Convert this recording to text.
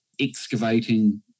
excavating